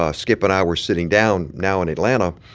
ah skip and i were sitting down, now in atlanta.